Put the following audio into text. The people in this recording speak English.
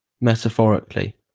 metaphorically